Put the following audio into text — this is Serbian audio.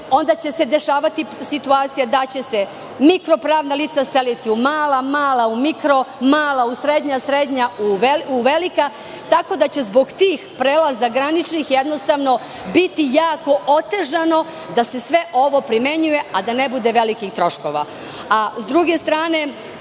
onda će se dešavati situacija da će se mikro pravna lica seliti u mala, mala u mikro, mala u srednja, srednja u velika, tako da će zbog tih prelaza graničnih jednostavno biti jako otežano da se sve ovo primenjuje, a da ne bude velikih troškova.